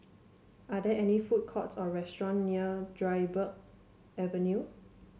are there any food courts or restaurant near Dryburgh Avenue